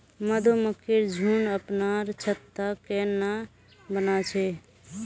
मधुमक्खिर झुंड अपनार छत्ता केन न बना छेक